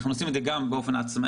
אנחנו עושים את זה גם באופן עצמאי,